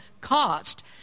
cost